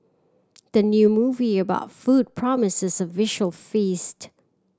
the new movie about food promises a visual feast